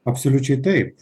absoliučiai taip